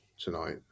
tonight